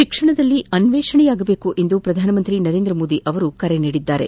ಶಿಕ್ಷಣದಲ್ಲಿ ಅನ್ಲೇಷಣೆಯಾಗಬೇಕು ಎಂದು ಪ್ರಧಾನಮಂತ್ರಿ ನರೇಂದ್ರ ಮೋದಿ ಕರೆ ನೀಡಿದ್ದಾರೆ